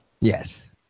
Yes